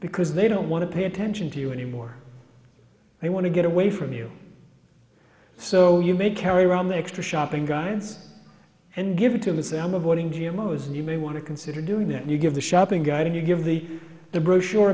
because they don't want to pay attention to you anymore they want to get away from you so you may carry around the extra shopping guidance and give it to him and say i'm a boring g m o's and you may want to consider doing that you give the shopping guide you give the the brochure